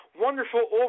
wonderful